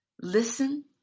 Listen